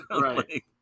right